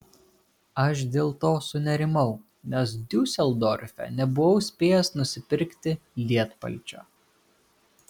aš dėl to sunerimau nes diuseldorfe nebuvau spėjęs nusipirkti lietpalčio